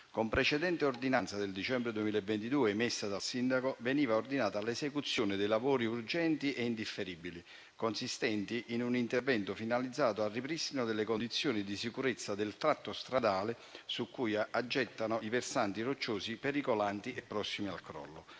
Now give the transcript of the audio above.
Con precedente ordinanza del dicembre 2022 emessa dal sindaco, veniva ordinata l'esecuzione di lavori urgenti e indifferibili consistenti in un intervento finalizzato al ripristino delle condizioni di sicurezza del tratto stradale su cui aggettano i versanti rocciosi pericolanti e prossimi al crollo.